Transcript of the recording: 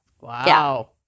Wow